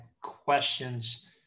questions